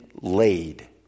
laid